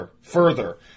further